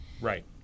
Right